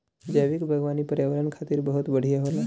जैविक बागवानी पर्यावरण खातिर बहुत बढ़िया होला